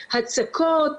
על הצקות.